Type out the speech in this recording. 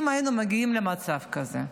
אם היינו מגיעים למצב כזה.